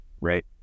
right